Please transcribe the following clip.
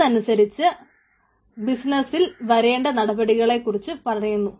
അതിനനുസരിച്ച് ബിസിനസ്സിൽ വരേണ്ട നടപടികളെക്കുറിച്ച് പറയുന്നു